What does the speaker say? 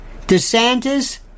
DeSantis